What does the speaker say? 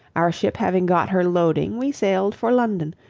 our ship having got her loading we sailed for london,